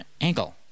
ankle